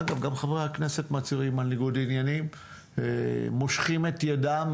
אגב גם חברי הכנסת מצהירים על ניגוד עניינים מושכים את ידם,